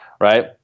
Right